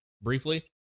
Briefly